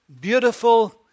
beautiful